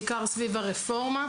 בעיקר סביב הרפורמה.